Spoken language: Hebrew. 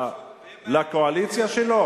לקואליציה שלו?